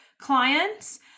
clients